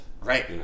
Right